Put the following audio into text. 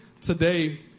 today